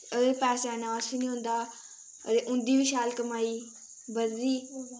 अदे पैसे दा नास नी होंदा ते उं'दी बी शैल कमाई बधदी